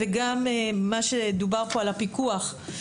גם מה שדובר פה על הפיקוח,